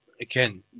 again